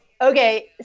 okay